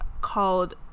called